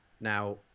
Now